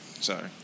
Sorry